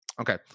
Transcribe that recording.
Okay